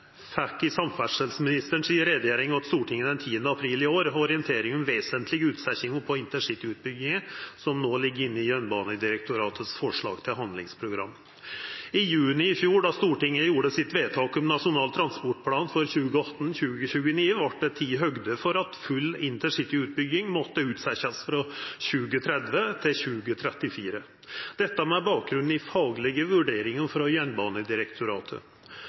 i utgreiinga frå samferdselsministeren den 10. april i år ei orientering om vesentlege utsetjingar på InterCity-utbygginga, som no ligg inne i Jernbanedirektoratets forslag til handlingsprogram. I juni i fjor, då Stortinget gjorde vedtaket sitt om Nasjonal transportplan for 2018–2029, vart det teke høgd for at full InterCity-utbygging måtte utsetjast frå 2030 til 2034, dette med bakgrunn i faglege vurderingar frå Jernbanedirektoratet.